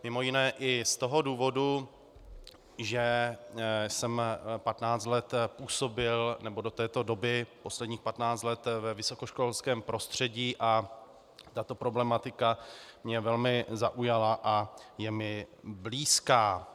Mimo jiné i z toho důvodu, že jsem 15 let působil, nebo do této doby posledních 15 let působil ve vysokoškolském prostředí a tato problematika mě velmi zaujala a je mi blízká.